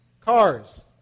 Cars